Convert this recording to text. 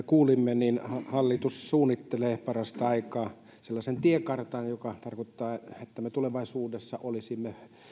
kuulimme hallitus suunnittelee parasta aikaa sellaista tiekarttaa joka tarkoittaa että me tulevaisuudessa olisimme